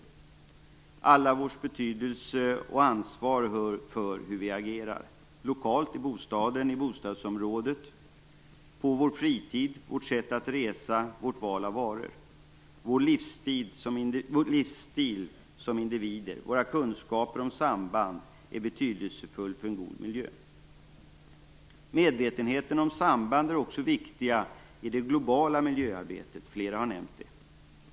Det handlar om allas vår betydelse och allas vårt ansvar för hur vi agerar - lokalt i bostaden, i bostadsområdet, på vår fritid, i vårt sätt att resa, i vårt val av varor, i vår livsstil som individer och genom våra kunskaper om samband. Allt är betydelsefullt för en god miljö. Medvetenheten om samband är också viktigt i det globala miljöarbetet, som flera har nämnt.